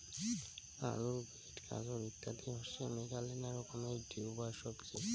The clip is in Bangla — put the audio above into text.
আলু, বিট, গাজর ইত্যাদি হসে মেলাগিলা রকমের টিউবার সবজি